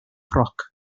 roc